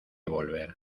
volver